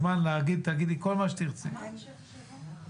גם צריך לזכור שאני הגשתי חוק בעניין שעלה לוועדת השרים.